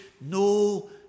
No